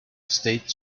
state